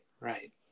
right